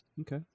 Okay